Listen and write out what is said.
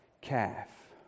calf